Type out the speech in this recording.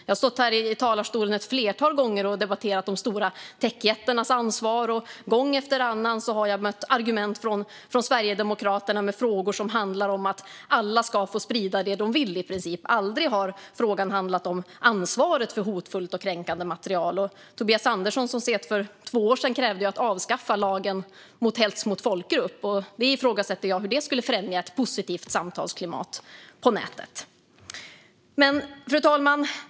Jag har stått här i talarstolen ett flertal gånger och debatterat de stora techjättarnas ansvar. Gång efter annan jag har mött argument från Sverigedemokraterna med frågor som handlar om att alla i princip ska få sprida det de vill. Aldrig har frågan handlat om ansvaret för hotfullt och kränkande material. Tobias Andersson krävde så sent som för två år sedan ett avskaffande av lagen om hets mot folkgrupp. Jag ifrågasätter hur det skulle främja ett positivt samtalsklimat på nätet. Fru talman!